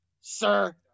sir